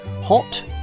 hot